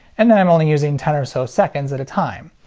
and then i'm only using ten or so seconds at a time.